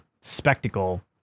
spectacle